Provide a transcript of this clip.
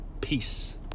Peace